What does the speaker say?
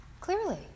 clearly